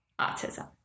autism